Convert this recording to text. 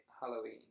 Halloween